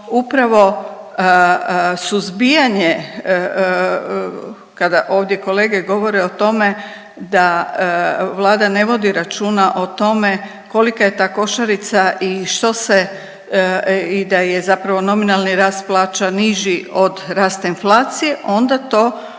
upravo suzbijanje kada ovdje kolege govore o tome da Vlada ne vodi računa o tome kolika je ta košarica i što se i da je zapravo nominalni rast plaća niži od rasta inflacije onda to brojke